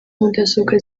mudasobwa